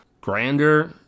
grander